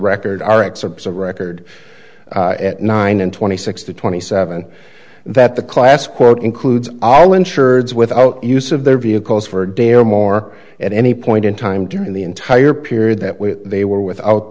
record are excerpts of record at nine and twenty six to twenty seven that the class quote includes all insureds without use of their vehicles for a day or more at any point in time during the entire period that where they were without